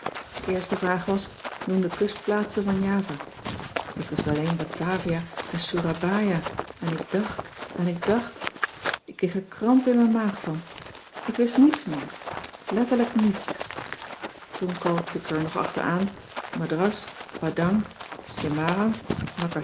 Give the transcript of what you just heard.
de eerste vraag was noem de kunstplaatsen van java ik wist alleen batavia en soerabaia en ik dacht en ik dacht ik kreeg er kramp in mijn maag van ik wist niets meer letterlijk niets toen kalkte ik er nog achter aan madras